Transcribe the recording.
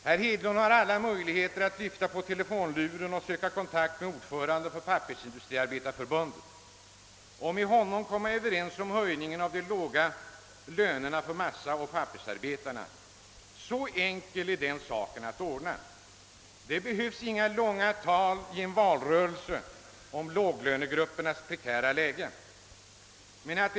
Herr Hedlund har alla möjligheter att lyfta på telefonluren och söka kontakt med ordföranden för Pappersindustriarbetareförbundet för att med denne komma överens om en höjning av lönerna för de lågavlönade massaoch pappersarbetarna. Så enkelt är det att ordna den saken. Det behövs inga långa tal i en valrörelse om låglönegruppernas prekära läge för detta.